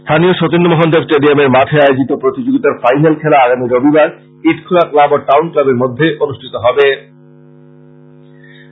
স্থানীয় সতীন্দ্র মোহন দেব স্টেডিয়ামের মাঠে আয়োজিত প্রতিযোগীতার ফাইনাল খেলা আগামী রবিবার ইটখলা ক্লাব ও টাউন ক্লাবের মধ্যে অনুষ্ঠিত হবে